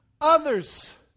others